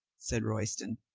said royston.